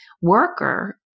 worker